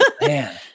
Man